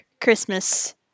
Christmas